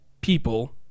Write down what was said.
people